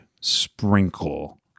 sprinkle